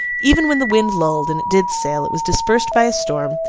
even when the wind lulled, and it did sail, it was dispersed by a storm,